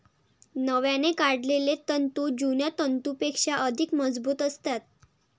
नव्याने काढलेले तंतू जुन्या तंतूंपेक्षा अधिक मजबूत असतात